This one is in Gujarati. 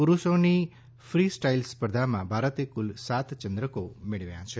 પુરુષોની ફ્રી સ્ટાઈલ સ્પર્ધામાં ભારતે કુલ સાત ચંદ્રકો મેળવ્યા છે